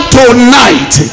tonight